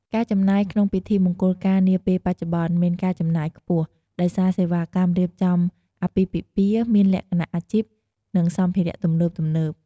ការចំណាយក្នុងពិធីមង្គលការនាពេលបច្ចុប្បន្ន មានការចំណាយខ្ពស់ ដោយសារសេវាកម្មរៀបចំអាពាហ៍ពិពាហ៍មានលក្ខណៈអាជីព និងសម្ភារៈទំនើបៗ។